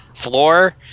floor